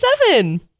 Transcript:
seven